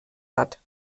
hat